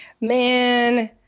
Man